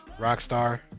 Rockstar